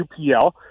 upl